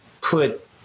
put